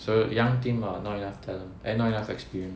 so young team ah not enough talent uh not enough experience